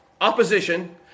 Opposition